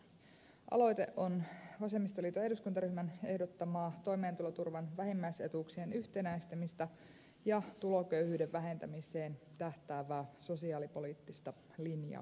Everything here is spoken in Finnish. aloite on vasemmistoliiton eduskuntaryhmän ehdottamaa toimeentuloturvan vähimmäisetuuksien yhtenäistämistä ja tuloköyhyyden vähentämiseen tähtäävää sosiaalipoliittista linjausta